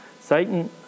Satan